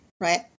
right